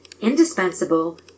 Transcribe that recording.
indispensable